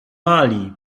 mali